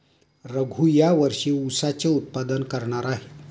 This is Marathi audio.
रघू या वर्षी ऊसाचे उत्पादन करणार आहे